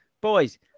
Boys